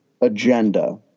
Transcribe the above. agenda